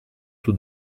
tout